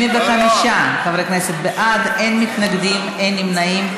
75 חברי כנסת בעד, אין מתנגדים, אין נמנעים.